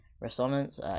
resonance